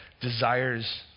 desires